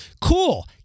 Cool